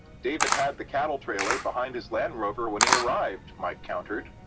david had the cattle trailer behind his land-rover when he arrived', mike countered.